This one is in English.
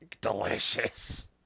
Delicious